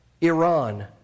Iran